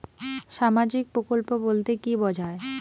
সামাজিক প্রকল্প বলতে কি বোঝায়?